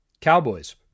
Cowboys